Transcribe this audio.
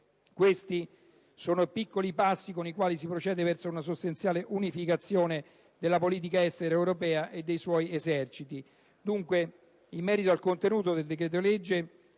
Questi sono i piccoli passi con i quali si procede verso una sostanziale unificazione della politica estera europea e delle sue Forze